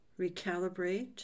recalibrate